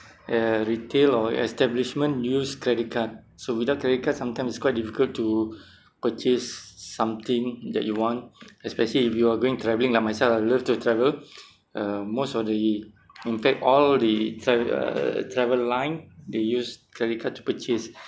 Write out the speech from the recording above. uh retail or establishment use credit card so without credit card sometimes is quite difficult to purchase something that you want especially if you're going travelling like myself I love to travel uh most of the in fact all the tr~ uh travel line they use credit card to purchase